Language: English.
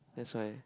that's why